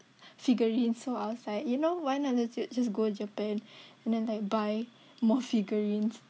figurine so I was like you know why not just go japan and then like buy more figurines